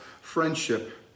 friendship